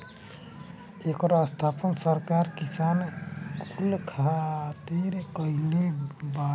एकर स्थापना सरकार किसान कुल खातिर कईले बावे